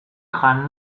jan